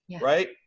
right